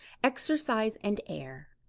exercise and air.